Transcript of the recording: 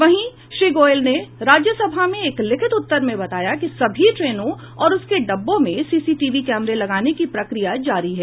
वहीं श्री गोयल ने राज्यसभा में एक लिखित उत्तर में बताया कि सभी ट्रेनों और उसके डिब्बों में सीसीटीवी कैमरे लगाने की प्रक्रिया जारी है